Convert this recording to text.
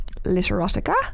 literotica